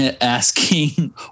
asking